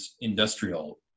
industrial